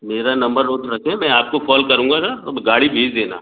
मेरा number note रखें मैं आपको कॉल करूँगा ना तब गाड़ी भेज देना